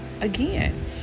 again